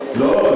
לא,